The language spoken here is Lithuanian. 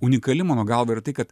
unikali mano galva ir tai kad